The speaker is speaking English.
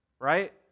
right